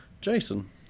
Jason